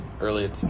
early